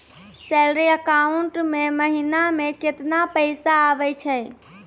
Salary account मे महिना मे केतना पैसा आवै छौन?